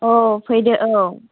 औ फैदो औ